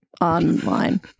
online